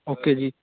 okay ਜੀ